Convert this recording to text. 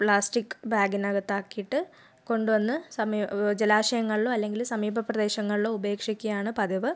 plastic ബാഗിനകത്താക്കിയിട്ട് കൊണ്ട് വന്ന് സമീ ജലാശയങ്ങളിലോ അല്ലെങ്കിൽ സമീപ പ്രദേശങ്ങളിലോ ഉപേക്ഷിക്കുകയാണ് പതിവ്